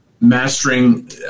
mastering